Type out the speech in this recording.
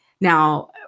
Now